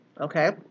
okay